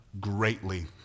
greatly